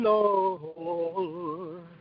Lord